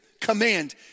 command